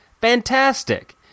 Fantastic